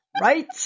Right